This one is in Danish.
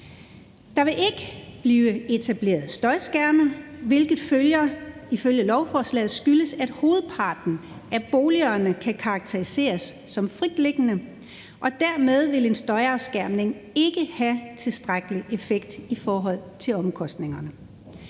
Der vil ikke blive etableret støjskærme, hvilket ifølge lovforslaget skyldes, at hovedparten af boligerne kan karakteriseres som fritliggende og dermed vil en støjafskærmning ikke have tilstrækkelig effekt i forhold til omkostningerne,